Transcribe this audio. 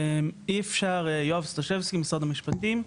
יואב סטשבסקי, משרד המשפטים.